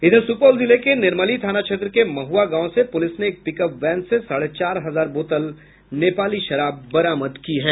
इधर सुपौल जिले के निर्मली थाना क्षेत्र के महुआ गांव से पुलिस ने एक पिकअप वैन से साढ़े चार हजार बोतल नेपाली शराब बरामद किया है